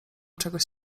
czegoś